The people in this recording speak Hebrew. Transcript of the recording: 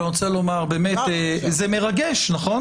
בדיוק, אני רוצה לומר שזה באמת מרגש, נכון?